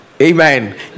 Amen